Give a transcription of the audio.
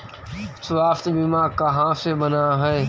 स्वास्थ्य बीमा कहा से बना है?